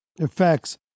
effects